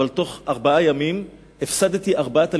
אבל בתוך ארבעה ימים הפסדתי ארבעה תלמידים,